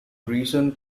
recent